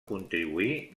contribuir